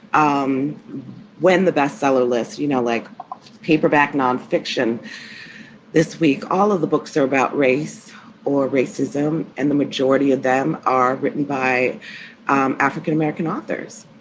um when the bestseller list, you know, like paperback nonfiction this week, all of the books are about race or racism. and the majority of them are written by um african-american authors